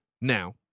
Now